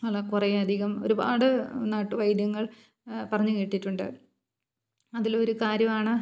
അല്ല കുറേയധികം ഒരുപാട് നാട്ടു വൈദ്യങ്ങൾ പറഞ്ഞു കേട്ടിട്ടുണ്ട് അതിലൊരു കാര്യമാണ്